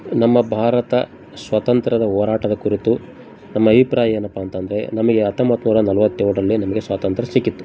ನಮ್ಮ ಭಾರತ ಸ್ವಾತಂತ್ರ್ಯದ ಹೋರಾಟದ ಕುರಿತು ನಮ್ಮ ಅಭಿಪ್ರಾಯ ಏನಪ್ಪ ಅಂತಂದರೆ ನಮಗೆ ಹತ್ತೊಂಬತ್ತು ನೂರ ನಲ್ವತ್ತೇಳರಲ್ಲಿ ನಮಗೆ ಸ್ವಾತಂತ್ರ್ಯ ಸಿಕ್ಕಿತು